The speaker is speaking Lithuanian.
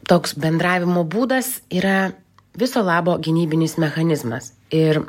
toks bendravimo būdas yra viso labo gynybinis mechanizmas ir